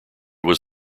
was